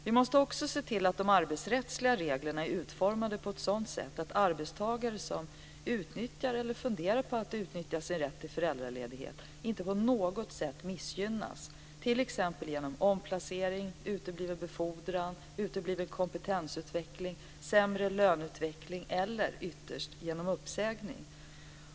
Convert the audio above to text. Vi måste också se till att de arbetsrättsliga reglerna är utformade på ett sådant sätt att arbetstagare som utnyttjar eller funderar på att utnyttja sin rätt till föräldraledighet inte på något sätt missgynnas, t.ex. genom omplacering, utebliven befordran eller kompetensutveckling, sämre löneutveckling eller ytterst genom uppsägning.